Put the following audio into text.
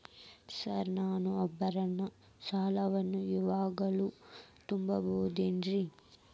Sir ನನ್ನ ಆಭರಣ ಸಾಲವನ್ನು ಇವಾಗು ತುಂಬ ಬಹುದೇನ್ರಿ?